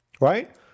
Right